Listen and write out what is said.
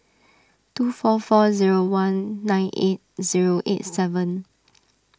two four four zero one nine eight zero eight seven